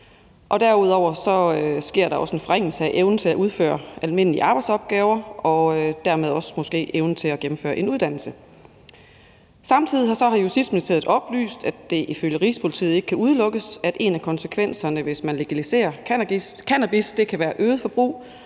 Derudover sker der også en forringelse af evnen til at udføre almindelige arbejdsopgaver og dermed måske også evnen til at gennemføre en uddannelse. Samtidig har Justitsministeriet oplyst, at det ifølge Rigspolitiet ikke kan udelukkes, at en af konsekvenserne, hvis man legaliserer cannabis, kan være et øget forbrug,